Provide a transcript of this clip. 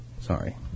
Sorry